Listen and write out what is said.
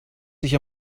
sich